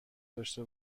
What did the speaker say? داشته